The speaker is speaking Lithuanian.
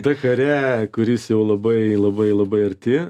dakare kuris jau labai labai labai arti